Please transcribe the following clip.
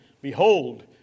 behold